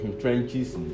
trenches